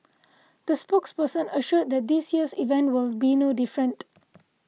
the spokesperson assured that this year's event will be no different